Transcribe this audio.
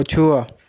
ପଛୁଆ